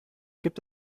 gibt